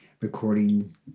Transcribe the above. recording